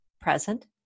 present